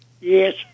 Yes